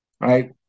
right